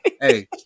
Hey